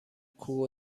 کوه